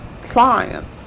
client